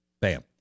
Bam